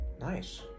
Nice